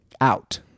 out